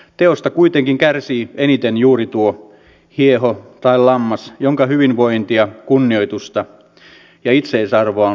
teosta kuitenkin kärsii eniten juuri tuo hieho tai lammas jonka hyvinvointia kunnioitusta ja itseisarvoa on loukattu